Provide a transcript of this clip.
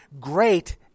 great